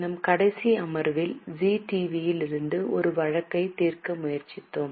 நம் கடைசி அமர்வில் ஜீ டிவி யில் இருந்து ஒரு வழக்கை தீர்க்க முயற்சித்தோம்